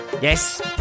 Yes